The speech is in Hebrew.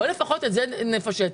לפחות את זה נפשט.